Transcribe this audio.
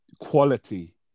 quality